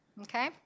Okay